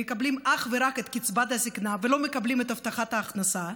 שמקבלים אך ורק את קצבת הזקנה ולא מקבלים את הבטחת ההכנסה,